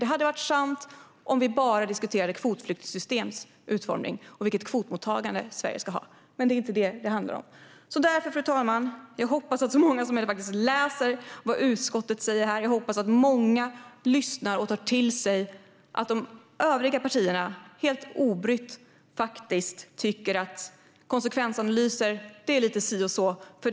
Det hade varit sant om vi bara diskuterade kvotflyktingssystemets utformning och vilket kvotmottagande Sverige ska ha, men det är inte detta som det handlar om. Jag hoppas därför att så många som möjligt läser vad utskottet faktiskt säger här. Jag hoppas att många lyssnar och tar till sig att de övriga partierna helt obrytt tycker att detta med konsekvensanalyser kan det vara lite si och så med.